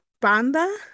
banda